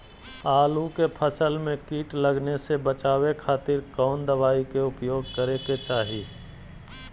आलू के फसल में कीट लगने से बचावे खातिर कौन दवाई के उपयोग करे के चाही?